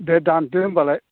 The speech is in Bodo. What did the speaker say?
दे दान्दो होमब्लालाय